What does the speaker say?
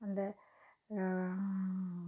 அந்த